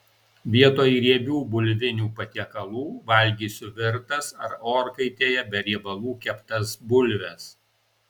vietoj riebių bulvinių patiekalų valgysiu virtas ar orkaitėje be riebalų keptas bulves